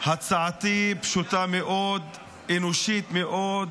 הצעתי פשוטה מאוד, אנושית מאוד,